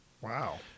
Wow